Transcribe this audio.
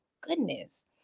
Goodness